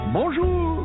Bonjour